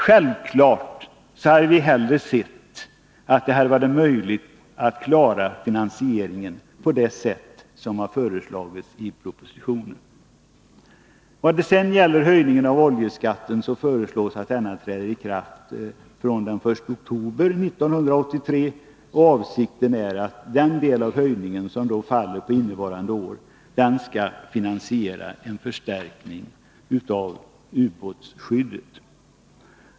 Självfallet hade vi hellre sett att det hade varit möjligt att klara finansieringen på det sätt som föreslagits i propositionen. Vidare föreslås att höjningen av oljeskatten träder i kraft från den 1 oktober 1983. Avsikten är att den del av höjningen som faller på innevarande år skall finansiera en förstärkning av ubåtsskyddet.